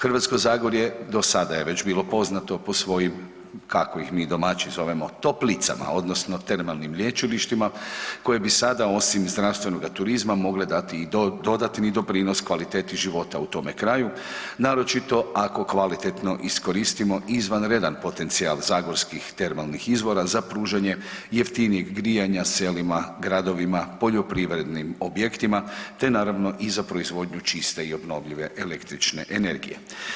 Hrvatsko zagorje do sada je već bilo poznato po svojim, kako ih mi domaći zovemo, toplicama odnosno termalnim lječilištima, koje bi sada, osim zdravstvenog turizma mogle dati i dodatni doprinos kvaliteti života u tome kraju, naročito ako kvalitetno iskoristimo izvanredan potencijal zagorskih termalnih izvora za pružanje jeftinijeg grijanja selima, gradovima, poljoprivrednim objektima, te naravno, i za proizvodnju čiste i obnovljive električne energije.